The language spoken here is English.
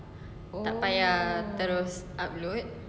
tak payah terus upload